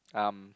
um